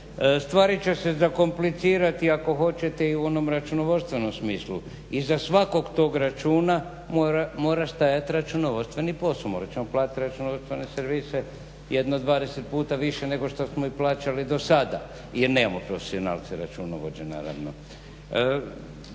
Stvari će se zakomplicirati ako hoćete i u onom računovodstvenom smislu. Iza svakog tog računa mora stajati računovodstveni posao. Morat ćemo platiti računovodstvene servise jedno 20 puta više nego što smo ih plaćali dosada jer nemamo profesionalce računovođe naravno.